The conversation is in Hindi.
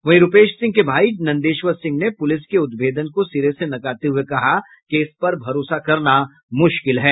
वहीं रूपेश सिंह के भाई नंदेश्वर सिंह ने पुलिस के उद्भेदन को सिरे से नकारते हुए कहा कि इस पर भरोसा करना मुश्किल है